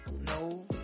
no